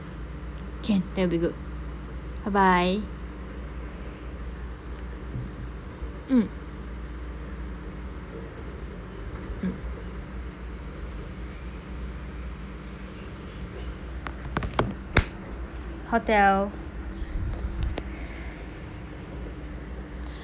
can that'll be goodbye bye mm mm hotel